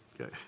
okay